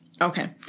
Okay